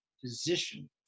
physician